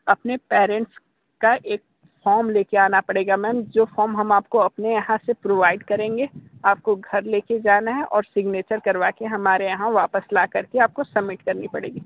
अपने पैरेंन्टस का एक फॉर्म लेकर आना पडे़गा मैम जो फॉर्म हम आपको अपने यहाँ से प्रोवाइड करेंगे आपको घर लेकर जाना है और सिग्नेचर करवा कर हमारे यहाँ वापस लाकर के आपको सबमिट करनी पडे़गी